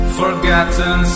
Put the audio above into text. forgotten